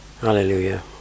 Hallelujah